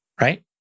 Right